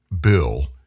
bill